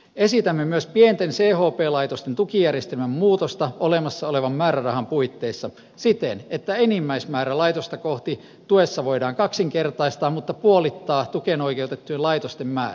esitämme myös pienten chp laitosten tukijärjestelmän muutosta olemassa olevan määrärahan puitteissa siten että enimmäismäärä laitosta kohti tuessa voidaan kaksinkertaistaa mutta puolitetaan tukeen oikeutettujen laitosten määrä